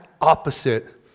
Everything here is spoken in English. opposite